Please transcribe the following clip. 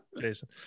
Jason